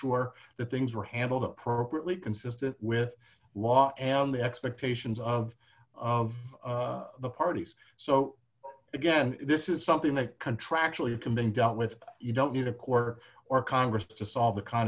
sure that things were handled appropriately consistent with law and the expectations of of the parties so again this is something that contractually or command dealt with you don't need a quarter or congress to solve the kind